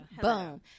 boom